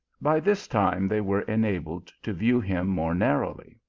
by this time they were enabled to view him more narrowly.